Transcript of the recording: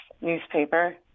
newspaper